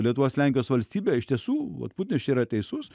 lietuvos lenkijos valstybė iš tiesų vat putinas čia yra teisus